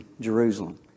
Jerusalem